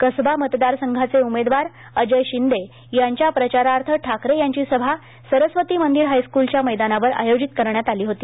कसबा मतदार संघाचे उमेदवार अजय शिंदे यांच्या प्रचारार्थ ठाकरे यांची सभा सरस्वती मंदिर हायस्क्लच्या मैदानावर आयोजित करण्यात आली होती